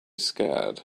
scared